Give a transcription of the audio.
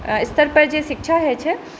स्तर पर जे शिक्षा होइ छै